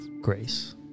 grace